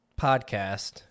podcast